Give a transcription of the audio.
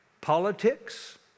politics